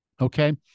Okay